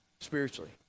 spiritually